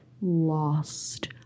lost